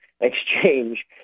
exchange